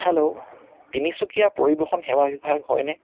hello Tinsukia পৰিবহণ সেৱা বিভাগ হয়নে